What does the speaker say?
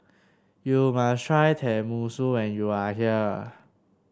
you must try Tenmusu when you are here